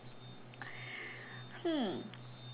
hmm